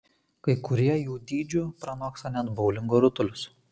kai kurie jų dydžiu pranoksta net boulingo rutulius